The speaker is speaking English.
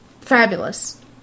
fabulous